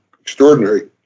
Extraordinary